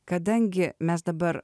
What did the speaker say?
kadangi mes dabar